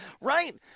right